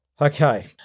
Okay